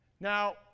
Now